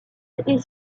est